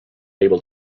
able